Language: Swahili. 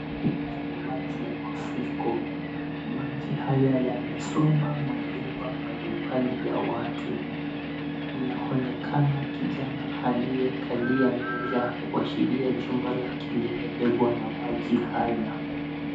Haya ni maji ya mafuriko. Maji haya yamesomba manyumba mbalimbali ya watu. Mnaonekana kijana aliyekalia meza kuashiria jumba lake limebebwa na maji haya.